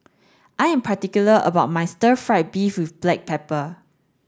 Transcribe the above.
I am particular about my stir fried beef with black pepper